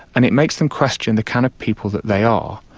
and it makes them question the kind of people that they are.